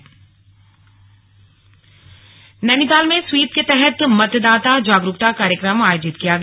मतदाता जागरूकता नैनीताल में स्वीप के तहत मतदाता जागरूकता कार्यक्रम आयोजित किया गया